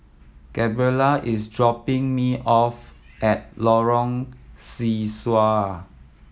Gabriella is dropping me off at Lorong Sesuai